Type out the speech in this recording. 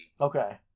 Okay